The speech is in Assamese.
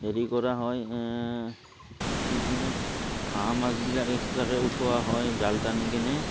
হেৰি কৰা হয় কি পিনে হাঁহ মাছবিলাক এক্সট্ৰাকৈ উঠোৱা হয় জাল টানি কিনে